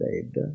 saved